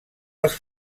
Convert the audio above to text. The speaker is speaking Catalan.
els